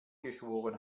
geschworen